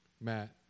Matt